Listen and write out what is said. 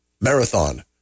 Marathon